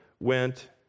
went